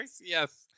Yes